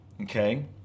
okay